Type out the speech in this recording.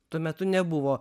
tuo metu nebuvo